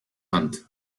hand